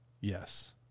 Yes